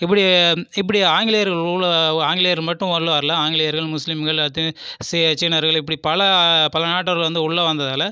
இப்படி இப்படி ஆங்கிலேயர் உள்ள ஆங்கிலேயர் மட்டும் உள்ளே வரலை ஆங்கிலேயர்கள் முஸ்லிம்கள் சீனர்கள் இப்படி பல பல நாட்டவர்கள் வந்து உள்ளே வந்ததாலே